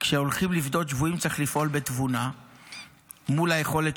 כשהולכים לפדות שבויים צריך לפעול בתבונה מול היכולת